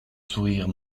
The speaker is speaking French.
sourire